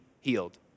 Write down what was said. healed